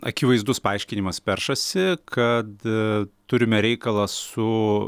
akivaizdus paaiškinimas peršasi kad turime reikalą su